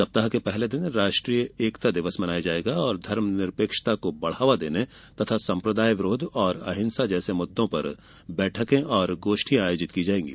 सप्ताह के पहले दिन राष्ट्रीय एकता दिवस मनाया जाएगा और धर्मनिरपेक्षता को बढावा देने तथा सम्प्रदायवाद विरोध और अहिंसा जैसे मुद्दों पर बैठकें और गोष्ठियां आयोजित की जाएंगी